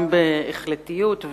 גם בהחלטיות,